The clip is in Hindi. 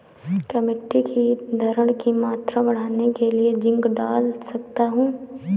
क्या मिट्टी की धरण की मात्रा बढ़ाने के लिए जिंक डाल सकता हूँ?